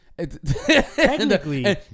Technically